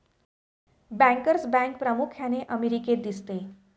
bankers bank प्रामुख्याने अमेरिकेत दिसते